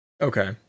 Okay